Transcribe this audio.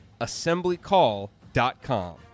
assemblycall.com